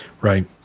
right